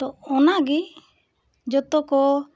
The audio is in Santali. ᱛᱚ ᱚᱱᱟᱜᱮ ᱡᱚᱛᱚ ᱠᱚ